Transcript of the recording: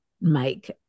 make